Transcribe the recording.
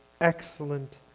excellent